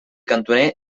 cantoner